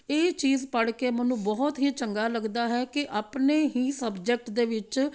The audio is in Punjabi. ਇਹ ਚੀਜ਼ ਪੜ੍ਹ ਕੇ ਮੈਨੂੰ ਬਹੁਤ ਹੀ ਚੰਗਾ ਲੱਗਦਾ ਹੈ ਕਿ ਆਪਣੇ ਹੀ ਸਬਜੈਕਟ ਦੇ ਵਿੱਚ